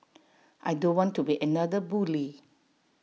I don't want to be another bully